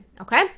okay